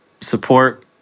support